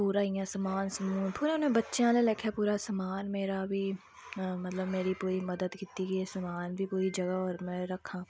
पूरा इंया समान थोह्ड़े नेह् पूरा बच्चें आह्ले लेखा मेरा समान बी मतलब मेरी पूरी मदद कीती की एह् समान बी जगह एह् कोई बनाई रक्खां